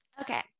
Okay